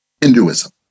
Hinduism